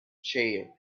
chair